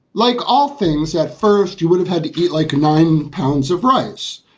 like all things at first, you would have had to eat like nine pounds of rice.